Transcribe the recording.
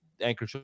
Anchor